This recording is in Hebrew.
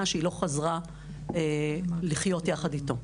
היא יותר לכך שהיא לא חזרה לחיות יחד איתו.